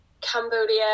Cambodia